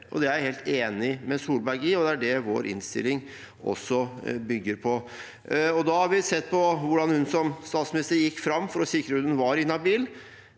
Det er jeg helt enig med Solberg i, og det er det vår innstilling bygger på. Vi har sett på hvordan hun som statsminister gikk fram for å sikre at hun var habil,